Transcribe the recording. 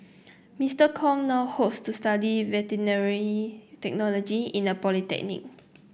Mister Kong now hopes to study veterinary technology in a polytechnic